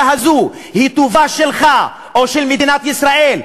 הזאת היא טובה שלך או של מדינת ישראל,